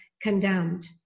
condemned